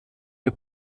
der